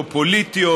לא פוליטיות,